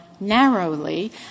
narrowly